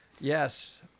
Yes